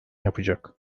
yapacak